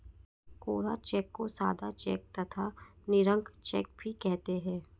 कोरा cheque को सादा cheque तथा निरंक चेक भी कहते हैं